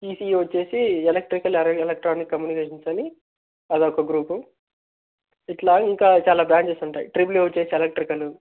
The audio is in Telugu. ఈసీఈ వచ్చి ఎలక్ట్రికల్ అండ్ ఎలక్ట్రానిక్ కమ్యూనికేషన్స్ అని అదొక గ్రూపు ఇట్లా ఇంకా చాలా బ్రాంచెస్ ఉంటాయి ట్రిపుల్ఈ వచ్చి ఎలక్ట్రికలు